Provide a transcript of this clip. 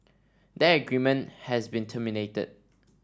that agreement has been terminated